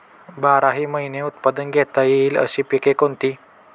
बाराही महिने उत्पादन घेता येईल अशी पिके कोणती?